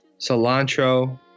cilantro